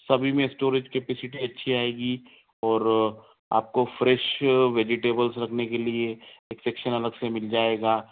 सभी में storage capacity अच्छी आएगी और आपको फ्रेश वेजिटेबल रखने के लिए डिडक्शन अलग से मिल जाएगा